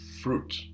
fruit